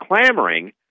clamoring